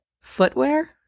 Footwear